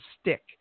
stick